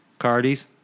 Cardis